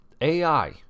AI